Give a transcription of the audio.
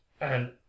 And